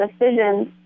decisions